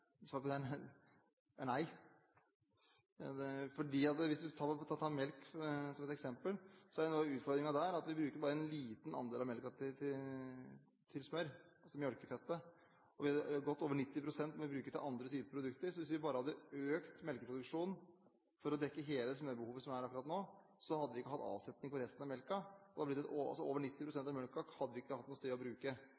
nei. Hvis du tar melk som et eksempel, så er jo noe av utfordringen der at vi bruker bare en liten andel av melken til smør, altså melkefettet, og godt over 90 pst. må vi bruke til andre typer produkter. Så hvis vi bare hadde økt melkeproduksjonen for å dekke hele smørbehovet som er akkurat nå, hadde vi ikke hatt avsetning for resten av melken, og